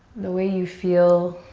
the way you feel